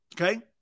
Okay